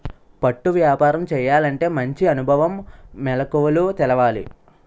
పట్టు వ్యాపారం చేయాలంటే మంచి అనుభవం, మెలకువలు తెలవాలి